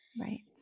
right